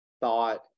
thought